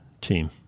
team